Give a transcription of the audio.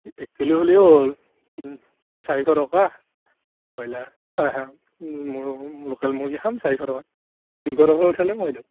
এক কিলো হ'লেই হ'ল চাৰিশ টকা ব্ৰইলাৰ মইও লোকেল মুৰ্গী খাম চাৰিশ টকা